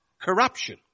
corruption